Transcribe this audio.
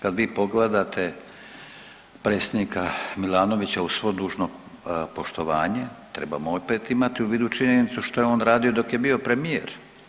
Kad vi pogledate predsjednika Milanovića uz svo dužno poštovanje trebamo opet imati u vidu činjenicu što je on radio dok je bio premijer.